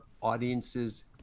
audiences